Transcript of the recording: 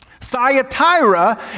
Thyatira